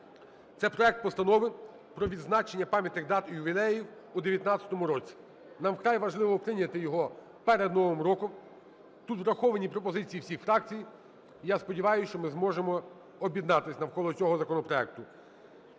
це проект Постанови про відзначення пам'ятних дат і ювілеїв у 19-му році. Нам вкрай важливо прийняти його перед Новим роком, тут враховані пропозиції всіх фракцій. Я сподіваюся, що ми зможемо об'єднатися навколо цього законопроекту.